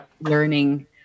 learning